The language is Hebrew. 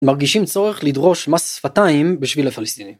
מרגישים צורך לדרוש מס שפתיים בשביל הפלסטינים.